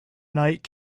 night